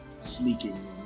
sneaking